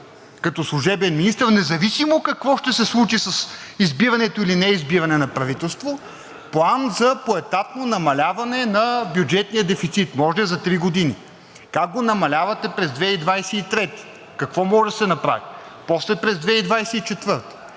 като служебен министър, независимо какво ще се случи с избирането или неизбирането на правителство, план за поетапно намаляване на бюджетния дефицит? Може да е за три години. Как го намалявате през 2023 г.? Какво може да се направи? После през 2024 г.